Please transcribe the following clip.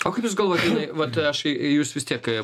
o kaip jūs galvojat linai vat aš jūs vis tiek